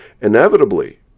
Inevitably